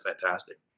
fantastic